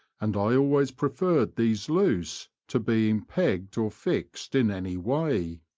and i always preferred these loose to being pegged or fixed in any way.